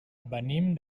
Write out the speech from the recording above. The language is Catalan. venim